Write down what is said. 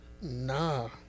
Nah